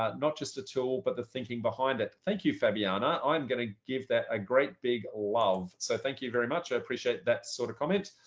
ah not just a tool, but the thinking behind it. thank you, fabiana. i'm going to give that a great big love. so thank you very much. i appreciate that sort of comment.